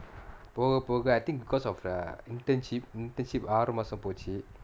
போக போக:poga poga I think because of a internship internship ஆறு மாசம் போச்சு:aaru maasam pochu